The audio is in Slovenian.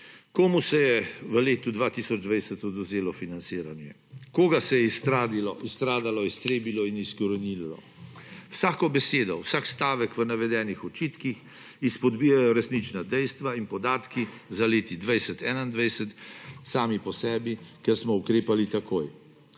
Komu se je v letu 2020 odvzelo financiranje? Koga se je izstradalo, iztrebilo in izkoreninilo? Vsako besedo, vsak stavek v navedenih očitkih izpodbijajo resnična dejstva in podatki za leti 2020/2021 sami po sebi, ker smo ukrepali takoj.